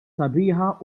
sabiħa